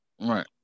right